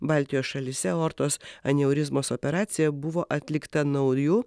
baltijos šalyse aortos aneurizmos operacija buvo atlikta nauju